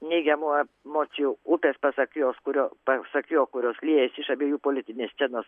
negiamų e mocijų upės pasak jos kurio pasak jo kurios liejasi iš abiejų politinės scenos